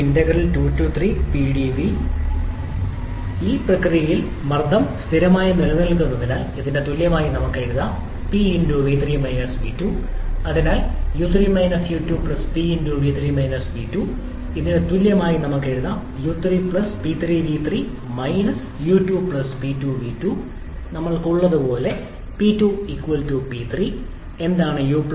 ഇപ്പോൾ ഈ പ്രക്രിയയിൽ സമ്മർദ്ദം സ്ഥിരമായി നിലനിൽക്കുന്നതിനാൽ ഇതിന് തുല്യമായി നമുക്ക് ഇത് എഴുതാം 𝑃 𝑣3 𝑣2 അതിനാൽ 𝑢3 𝑢2 𝑃 𝑣3 𝑣2 ഇതിനു തുല്യമായി നമുക്ക് ഇത് എഴുതാം 𝑢3 𝑃3𝑣3 𝑢2 𝑃2𝑣2 ഞങ്ങൾക്ക് ഉള്ളതുപോലെ P2 𝑃3 എന്താണ് u Pv